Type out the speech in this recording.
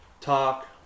talk